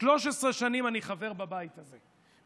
13 שנים אני חבר בבית הזה,